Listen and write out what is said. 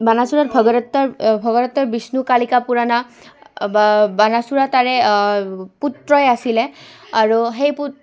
বাণাসুৰত ভগদত্তৰ ভগদত্তৰ বিষ্ণু কালিকা পুৰাণ বা বাণাসুৰ তাৰে পুত্ৰই আছিলে আৰু সেই পুত্ৰ